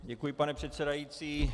Děkuji, pane předsedající.